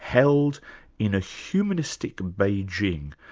held in a humanistic beijing.